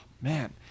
man